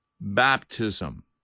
baptism